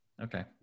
Okay